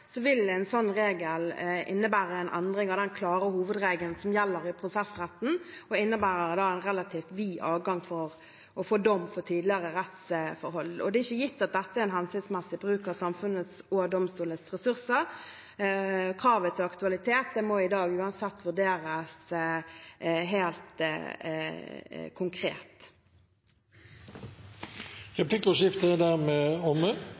vil en sånn regel innebære en endring av den klare hovedregelen som gjelder i prosessretten og innebærer en relativt vid adgang for å få dom for tidligere rettsforhold. Det er ikke gitt at dette er en hensiktsmessig bruk av samfunnets og domstolenes ressurser. Kravet til aktualitet må i dag uansett vurderes helt konkret. Replikkordskiftet er omme.